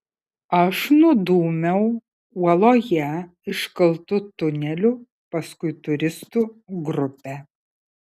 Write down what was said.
aš nudūmiau uoloje iškaltu tuneliu paskui turistų grupę